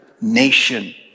nation